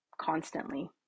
constantly